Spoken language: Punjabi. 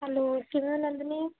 ਹੈਲੋ ਕਿਵੇਂ ਹੋ ਨੰਦਨੀ